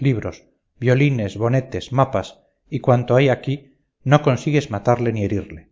libros violines bonetes mapas y cuanto hay aquí no consigues matarle ni herirle